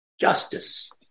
justice